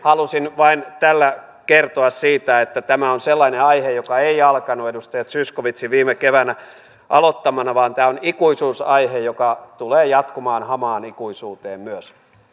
halusin vain tällä kertoa siitä että tämä on sellainen aihe joka ei alkanut edustaja zyskowiczin aloittamana viime keväänä vaan tämä on ikuisuusaihe joka tulee jatkumaan hamaan ikuisuuteen myös